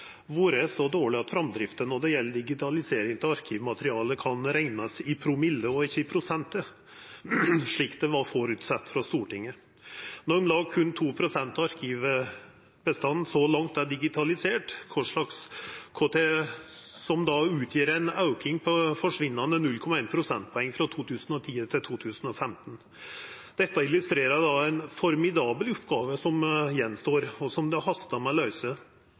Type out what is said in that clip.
vore så dårleg at framdrifta når det gjeld digitalisering av arkivmateriale, kan reknast i promille og ikkje i prosent, slik det var føresett frå Stortinget. Berre om lag 2 pst. av arkivbestanden er så langt digitalisert, noko som utgjer ein auke på forsvinnande 0,1 prosentpoeng frå 2010 til 2015. Dette illustrerer at det er ei formidabel oppgåve som står att, og som det hastar med å